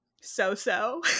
so-so